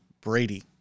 Brady